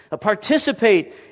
Participate